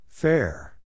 Fair